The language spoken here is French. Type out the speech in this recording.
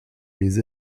les